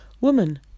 Woman